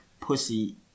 pussy